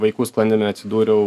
vaikų sklandymui atsidūriau